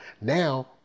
Now